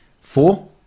four